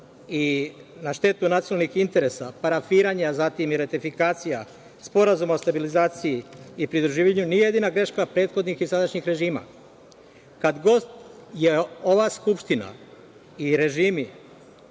i na štetu nacionalnih interesa, parafiranja, zatim i ratifikacija, Sporazuma o stabilizaciji i pridruživanju, nije jedina greška prethodnih i sadašnjih režima. Kada god su ova Skupština i režimi